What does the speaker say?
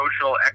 social